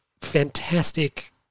fantastic